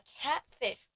catfish